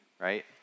right